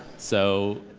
so,